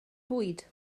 bwyd